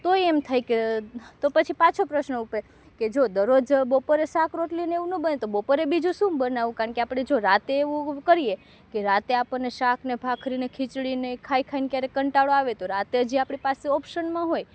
તોય એમ થાય કે તો પછી પાછો પ્રશ્ન ઉપે કે જો દરરોજ બપોરે શાક રોટલીને એવું ન બને તો બપોરે બીજું શું બનાવવું કારણકે જો આપણે રાતે એવું કરીએ કે રાતે આપણને શાકને ભાખરીને ખીચડીને ખાઈ ખાઈને ક્યારેક કંટાળો આવે તો રાતે જે આપણી પાસે ઑપ્શનમાં હોય